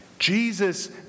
Jesus